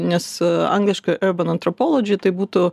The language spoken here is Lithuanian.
nes angliškai urban antropology tai būtų